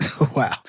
Wow